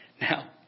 Now